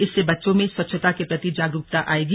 इससे बच्चों में स्वच्छता के प्रति जागरूकता आयेगी